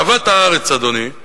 אהבת הארץ, אדוני,